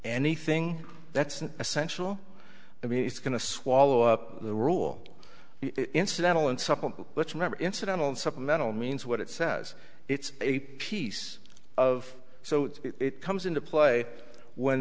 anything that's an essential i mean it's going to swallow up the rule incidental and supple which member incidental and supplemental means what it says it's a piece of so it comes into play when